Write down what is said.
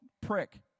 prick